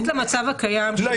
יחסית למצב הקיים שבו --- לא,